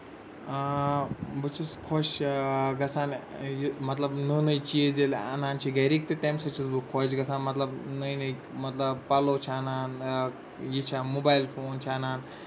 آ بہٕ چھُس خۄش گژھان یہِ مطلب نٔے نٔے چیٖز آنان چھِ گرِکۍ تہٕ تمہِ سۭتۍ چھُس بہٕ خۄش گژھان مطلب نے نٔے مطلب پَلو چھِ اَنان یہِ چھِ موبایِل فون چھِ اَنان